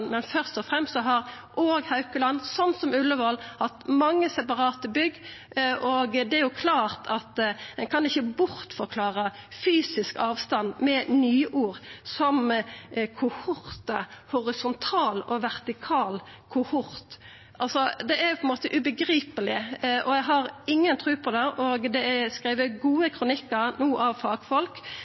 men først og fremst har Haukeland, slik som Ullevål, hatt mange separate bygg, og ein kan jo ikkje bortforklara fysisk avstand med nye ord som kohortar – horisontal og vertikal kohort. Det er på ein måte ubegripeleg, og eg har inga tru på det. Det er skrive gode kronikkar no av fagfolk